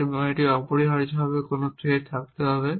এবং এটি অপরিহার্যভাবে কোন থ্রেড থাকতে হবে